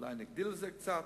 אולי נגדיל את זה קצת,